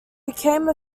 became